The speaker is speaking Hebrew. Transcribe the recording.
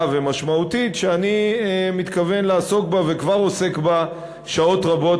ומשמעותית שאני מתכוון לעסוק בה וכבר עוסק בה שעות רבות,